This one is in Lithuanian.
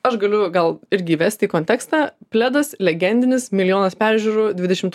aš galiu gal irgi įvesti kontekstą pledas legendinis milijonas peržiūrų dvidešimt